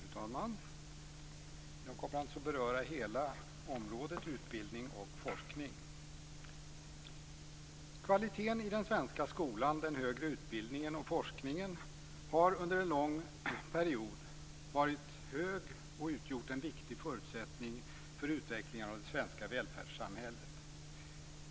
Fru talman! Jag kommer att beröra hela området utbildning och forskning. Kvaliteten i den svenska skolan, den högre utbildningen och forskningen har under en lång period varit hög och utgjort en viktig förutsättning för utvecklingen av det svenska välfärdssamhället.